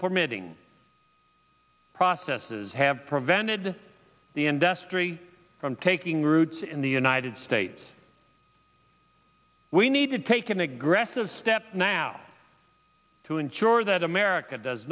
permitting processes have prevented the industry from taking roots in the united states we need to take an aggressive steps now to ensure that america does